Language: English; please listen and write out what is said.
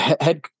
Head